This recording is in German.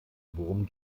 worum